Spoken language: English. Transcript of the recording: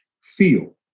feel